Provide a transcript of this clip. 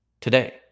Today